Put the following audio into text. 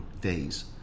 days